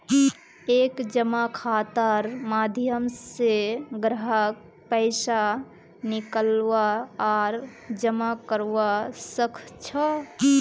एक जमा खातार माध्यम स ग्राहक पैसा निकलवा आर जमा करवा सख छ